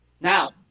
Now